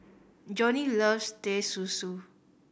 Johney loves Teh Susu